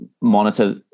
monitor